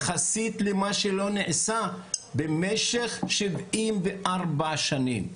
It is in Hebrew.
יחסית למה שלא נעשה במשך 74 שנים.